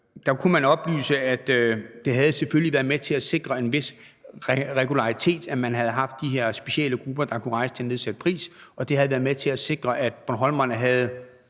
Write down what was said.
Der kunne man oplyse, at det selvfølgelig havde været med til at sikre en vis regularitet, at man havde haft de her specielle grupper, der kunne rejse til en nedsat pris, og at det havde været med til at sikre, at bornholmerne havde